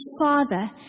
Father